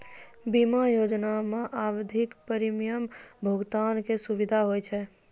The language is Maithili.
बीमा योजना मे आवधिक प्रीमियम भुगतान के सुविधा होय छै